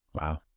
Wow